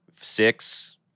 Six